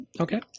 Okay